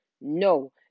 No